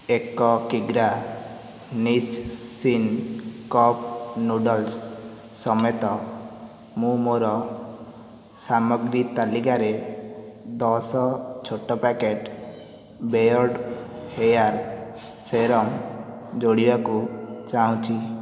ଏକ କିଗ୍ରା Nissin cup noodles ସମେତ ମୁଁ ମୋ'ର ସାମଗ୍ରୀ ତାଲିକାରେ ଦଶ ଛୋଟ ପ୍ୟାକେଟ୍ ବେୟର୍ଡ଼ୋ ହେୟାର୍ ସେରମ୍ ଯୋଡ଼ିବାକୁ ଚାହୁଁଛି